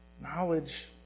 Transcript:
Knowledge